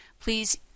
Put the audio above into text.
please